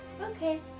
Okay